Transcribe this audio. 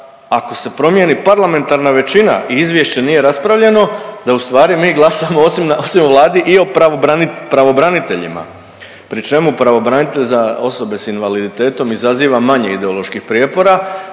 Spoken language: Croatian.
ako se promijeni parlamentarna većina i izvješće nije raspravljeno da ustvari mi glasamo osim nas i u Vladi i o pravobraniteljima pri čemu pravobranitelj za osobe s invaliditetom izaziva manje ideoloških prijepora,